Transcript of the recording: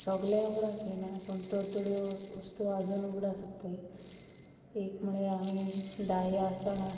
सगळें उगडास येयना पूण थोड्यो थोड्यो वस्तू आजून उगडास उत्ताय एक म्हुळ्या आमी धाय्ये आसतना